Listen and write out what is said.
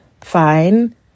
fine